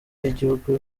y’igihugu